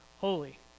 holy